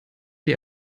die